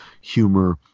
humor